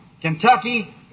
Kentucky